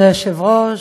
כבוד היושב-ראש,